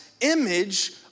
image